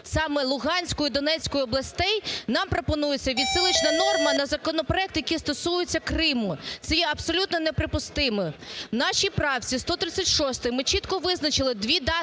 саме Луганської, Донецької областей, нам пропонується відсилочна норма на законопроект, який стосується Криму, це є абсолютно неприпустимим. В нашій правці 136 ми чітко визначили дві дати